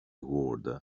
ward